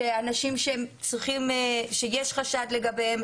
שאנשים שיש חשד לגביהם,